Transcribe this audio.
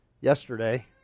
yesterday